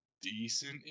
decent